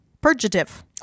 purgative